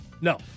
No